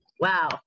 Wow